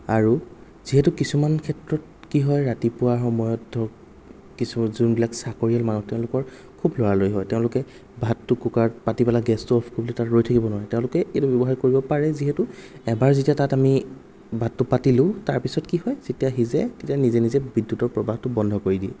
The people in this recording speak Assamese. আৰু যিহেতু কিছুমান ক্ষেত্ৰত কি হয় ৰাতিপুৱা সময়ত ধৰক কিছুমান যোনবিলাক চাকৰীয়াল মানুহ তেওঁলোকক খুব লৰালৰি হয় তেওঁলোকে ভাতটো কুকাৰত পাতি পেলাই গেছটো অফ কৰি পেলাই তাত ৰৈ থাকিব নোৱাৰে তেওঁলোকে এইটো ব্যৱহাৰ কৰিব পাৰে যিহেতু এবাৰ যেতিয়া তাত আমি ভাতটো পাতিলোঁ তাৰপিছত কি হয় যেতিয়া সিজে তেতিয়া নিজে নিজে বিদ্যুতৰ প্ৰৱাহটো বন্ধ কৰি দিয়ে